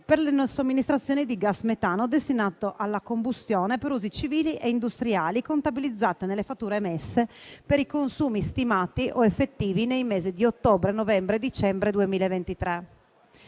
per le somministrazioni di gas metano destinato alla combustione per usi civili e industriali contabilizzate nelle fatture emesse per i consumi stimati o effettivi nei mesi di ottobre, novembre e dicembre 2023.